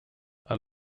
are